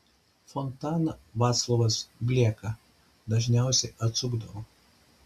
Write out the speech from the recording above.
fontaną vaclovas blieka dažniausiai atsukdavo